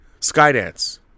Skydance